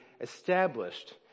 established